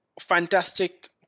fantastic